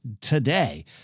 today